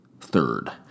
Third